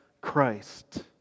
Christ